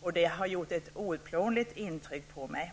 och det har gjort ett outplånligt intryck på mig.